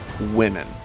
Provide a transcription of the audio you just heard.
women